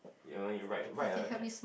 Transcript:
you know you write write a